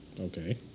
Okay